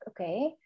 okay